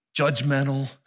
judgmental